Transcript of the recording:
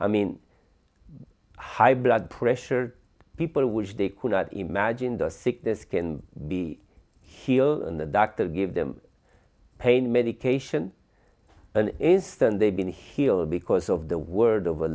i mean high blood pressure people wish they could not imagine the sick this can be here and the doctor give them pain medication an instant they've been healed because of the word of